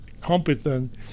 competent